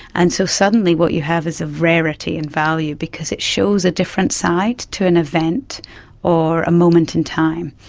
and so suddenly what you have is of rarity and value because it shows a different side to an event or a moment in time.